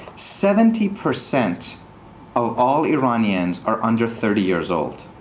seventy percent of all iranians are under thirty years old.